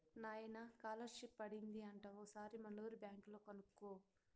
నాయనా కాలర్షిప్ పడింది అంట ఓసారి మనూరి బ్యాంక్ లో కనుకో